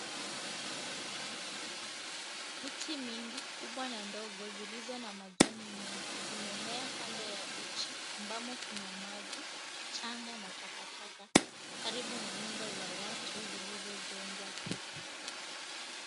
Miti mingi, kubwa na ndogo, zilizo na majani mengi, mimea kando ya bichi , ambamo kuna maji, mchanga na taka taka karibu na nyumba za watu zilizojengwa huko.